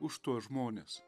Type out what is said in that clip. už tuos žmones